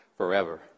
forever